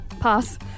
Pass